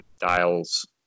dials